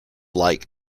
like